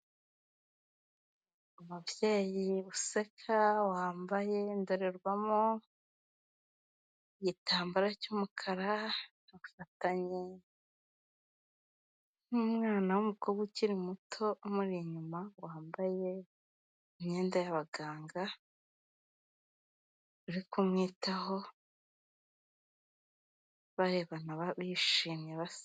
Umubyeyi useka wambaye indorerwamo, igitambaro cy'umukara, afatanye n'umwana w'umukobwa ukiri muto, umuri inyuma, wambaye imyenda y'abaganga, uri kumwitaho barebana bishimye baseka.